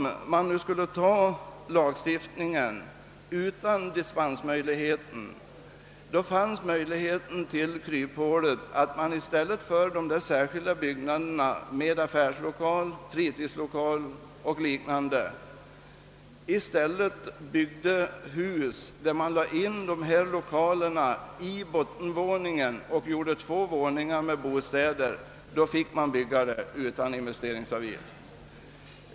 Om nu lagförslaget skulle antas utan dispensmöjlighet, finns det kryphålet att man i stället för dessa särskilda byggnader med affärslokaler, fritidslokaler och liknande bygger hus, i vilka dessa lokaler lägges in i bottenvåningen och i vilka det uppföres två våningar med bostäder. I så fall skulle byggnaderna kunna uppföras utan investeringsavgift.